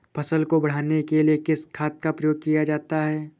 फसल को बढ़ाने के लिए किस खाद का प्रयोग किया जाता है?